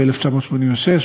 ב-1986,